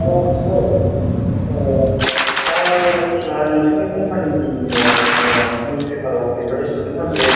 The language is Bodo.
औ सार औ आं नोंसोरनि कम्पानियाव अ निउस पेपारआव एडभार्टाइज नुदोंमोन जे